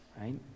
right